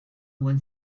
one